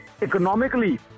economically